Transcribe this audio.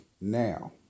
Now